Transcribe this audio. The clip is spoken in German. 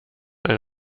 ein